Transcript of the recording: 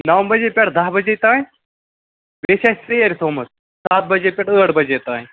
نو بَجے پٮ۪ٹھ دہ بَجے تام بیٚیہِ چھِ اَسہِ سیر تھومُت سَتھ بَجے پٮ۪ٹھ ٲٹھ بَجے تام